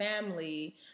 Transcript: family